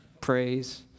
praise